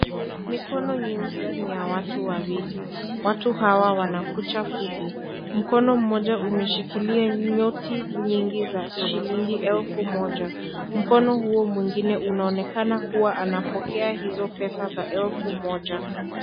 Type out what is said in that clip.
Mikono nyeusi ni ya watu wawili, watu hawa wanakucha fupi, mkono mmoja umeshikilia noti nyingi za shilingi elfu moja, mkono huo mwingine unaonekana kuwa anapokea noti hizo za elfu moja.